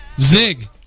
Zig